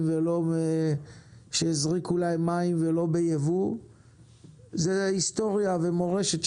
ולא שהזריקו להם מים ולא בייבוא זה היסטוריה ומורשת שקיימת.